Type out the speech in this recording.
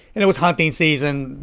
and it was hunting season,